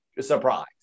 Surprise